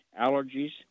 Allergies